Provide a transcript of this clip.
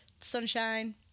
Sunshine